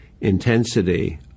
intensity